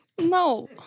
No